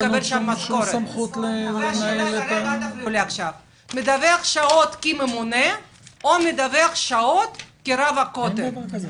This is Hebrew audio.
הוא מדווח שעות כממונה או מדווח שעות כרב הכותל?